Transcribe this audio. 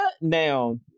now